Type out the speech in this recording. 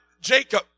Jacob